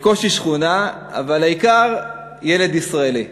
בקושי שכונה, אבל העיקר, ילד ישראלי.